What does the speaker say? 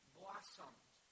blossomed